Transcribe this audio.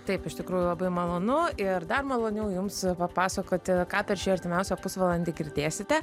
taip iš tikrųjų labai malonu ir dar maloniau jums papasakoti ką per šį artimiausią pusvalandį girdėsite